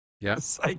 Yes